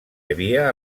havia